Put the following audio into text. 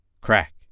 Crack